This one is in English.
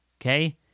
Okay